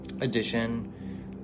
edition